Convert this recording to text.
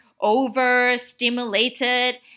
overstimulated